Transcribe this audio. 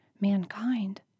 mankind